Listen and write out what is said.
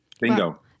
Bingo